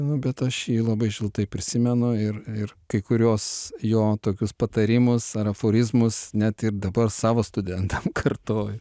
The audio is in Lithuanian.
nu bet aš jį labai šiltai prisimenu ir ir kai kuriuos jo tokius patarimus ar aforizmus net ir dabar savo studentam kartoju